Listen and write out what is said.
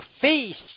feast